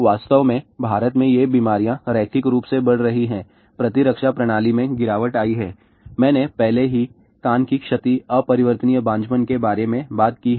वास्तव में भारत में ये बीमारियां रैखिक रूप से बढ़ रही हैं प्रतिरक्षा प्रणाली में गिरावट आई है मैंने पहले ही कान की क्षति अपरिवर्तनीय बांझपन के बारे में बात की है